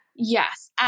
Yes